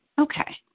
Okay